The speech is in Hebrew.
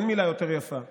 אין מילה יותר יפה,